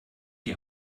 die